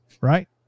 Right